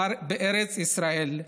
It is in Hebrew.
בארץ ישראל,